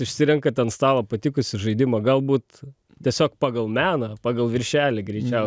išsirenkate ant stalo patikusį žaidimą galbūt tiesiog pagal meną pagal viršelį greičiau